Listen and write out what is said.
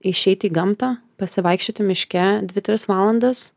išeit į gamtą pasivaikščioti miške dvi tris valandas